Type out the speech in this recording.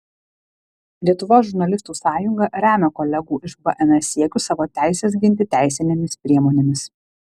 lietuvos žurnalistų sąjunga remia kolegų iš bns siekius savo teises ginti teisinėmis priemonėmis